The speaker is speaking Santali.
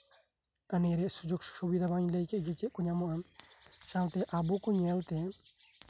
ᱱᱤᱭᱟᱹ ᱥᱩᱡᱳᱜ ᱥᱩᱵᱤᱫᱷᱟ ᱢᱟᱹᱧ ᱞᱟᱹᱭᱠᱮᱜ ᱪᱮᱫ ᱠᱚ ᱧᱟᱢᱚᱜᱼᱟ ᱥᱟᱶᱛᱮ ᱟᱵᱚ ᱠᱚ ᱧᱮᱞᱛᱮ